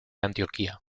antioquía